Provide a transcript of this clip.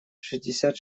шестьдесят